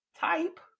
type